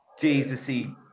Jesusy